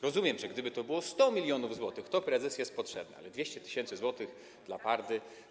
Rozumiem, że gdyby to było 100 mln zł, to prezes jest potrzebny, ale 200 tys. zł dla Pardy.